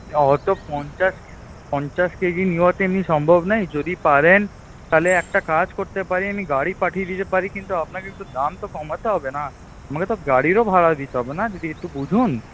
তো অত পঞ্চাশ পঞ্চাশ কেজি নেওয়া তো এমনি সম্ভাব নয় যদি পারেন তাহলে একটা কাজ করতে পারি আমি গাড়ি পাঠিয়ে দিতে পারি কিন্তু আপনাকে তো দাম তো কমাতে হবে না আমাকে তো গাড়িরও ভাড়া দিতে হবে না দিদি একটু বুঝুন